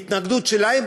בהתנגדות שלהם,